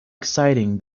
exciting